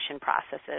processes